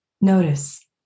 notice